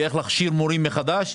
ואיך להכשיר מורים מחדש,